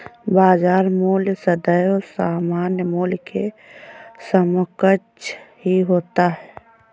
बाजार मूल्य सदैव सामान्य मूल्य के समकक्ष ही होता है